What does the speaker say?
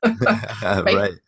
Right